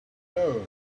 know